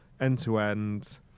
end-to-end